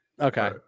Okay